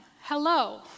Hello